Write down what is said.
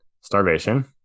starvation